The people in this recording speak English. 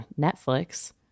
Netflix